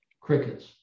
crickets